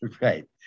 Right